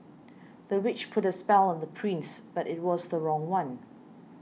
the witch put a spell on the prince but it was the wrong one